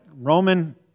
Roman